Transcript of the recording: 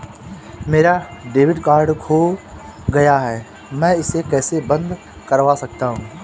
मेरा debit card खो गया है मैं इसे कैसे बंद करवा सकता हूँ?